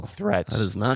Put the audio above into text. threats